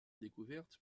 découvertes